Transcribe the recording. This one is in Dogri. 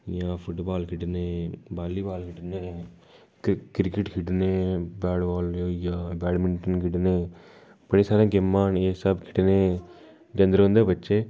इ'यां फुट बाल खेढने बाली बाल खेढने क्रिक क्रिकेट खेढने बैट बाल होई गेआ बैडमिंटन खेढने बड़े सारे गेमां न एह् सब खेढने जंदे रौंहदे बच्चे